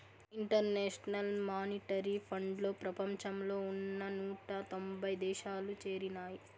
international monetary ఫండ్లో ప్రపంచంలో ఉన్న నూట తొంభై దేశాలు చేరినాయి